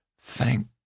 Thank